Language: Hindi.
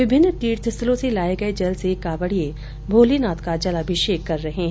विभिन्न तीर्थ स्थलों से लाये गये जल से कांवडिये मोलेनाथ का जलाभिषेक कर रहे है